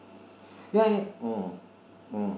ya ya mm mm